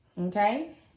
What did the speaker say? Okay